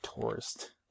tourist